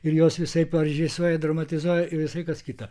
ir jos visaip pavyzdžiui laisvai dramatizuoja ir visai kas kita